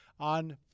On